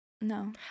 no